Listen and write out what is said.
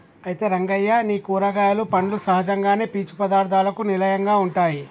అయితే రంగయ్య నీ కూరగాయలు పండ్లు సహజంగానే పీచు పదార్థాలకు నిలయంగా ఉంటాయి